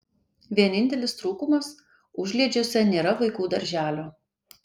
vienintelis trūkumas užliedžiuose nėra vaikų darželio